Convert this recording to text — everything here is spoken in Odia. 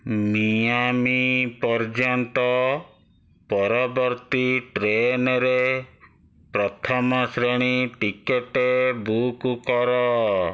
ମିଆମି ପର୍ଯ୍ୟନ୍ତ ପରବର୍ତ୍ତୀ ଟ୍ରେନରେ ପ୍ରଥମ ଶ୍ରେଣୀ ଟିକେଟ୍ ବୁକ୍ କର